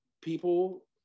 people